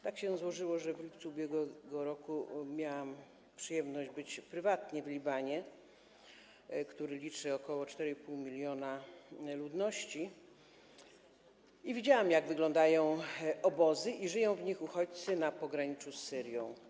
Tak się złożyło, że w lipcu ub.r. miałam przyjemność być prywatnie w Libanie, który liczy ok. 4,5 mln ludności, i widziałam, jak wyglądają obozy i jak żyją w nich uchodźcy na pograniczu z Syrią.